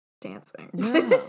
dancing